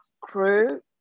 crew